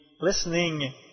listening